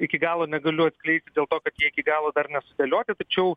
iki galo negaliu atskleisti dėl to kad jie iki galo dar nesudėlioti tačiau